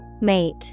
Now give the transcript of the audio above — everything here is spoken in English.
Mate